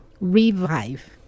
Revive